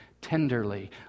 tenderly